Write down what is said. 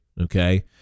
Okay